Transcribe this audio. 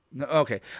Okay